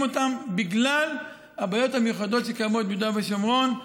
אותם בגלל הבעיות המיוחדות שקיימות ביהודה ושומרון.